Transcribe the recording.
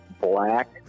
black